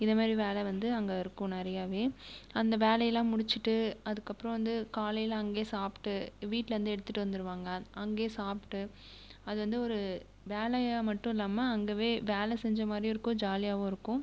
இதை மாரி வேலை வந்து அங்கே இருக்கும் நிறையாவே அந்த வேலையெல்லாம் முடிச்சுட்டு அதுக்கப்புறம் வந்து காலையில் அங்கேயே சாப்பிட்டு வீட்டுலேர்ந்து எடுத்துகிட்டு வந்துருவாங்க அங்கேயே சாப்பிட்டு அது வந்து ஒரு வேலையாக மட்டும் இல்லாமல் அங்கேவே வேலை செஞ்சமாதிரியும் இருக்கும் ஜாலியாகவும் இருக்கும்